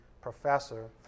professor